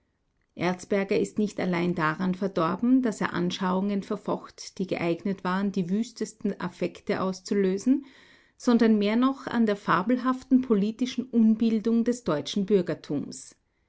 erzberger ist nicht allein daran verdorben daß er anschauungen verfocht die geeignet waren die wüstesten affekte auszulösen sondern mehr noch an der fabelhaften politischen unbildung des deutschen bürgertums